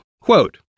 Quote